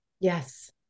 Yes